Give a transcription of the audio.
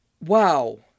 Wow